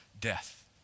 death